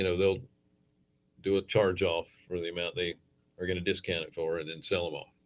you know they'll do a charge off for the amount they are going to discount it for and then sell them off.